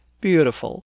Beautiful